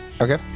Okay